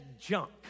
junk